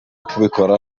kubikora